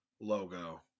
logo